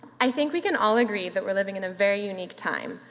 i think we can all agree that we're living in a very unique time,